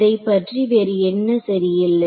இதைப்பற்றி வேறு என்ன சரியில்லை